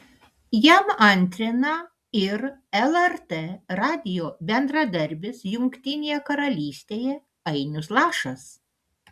jam antrina ir lrt radijo bendradarbis jungtinėje karalystėje ainius lašas